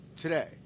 today